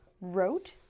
wrote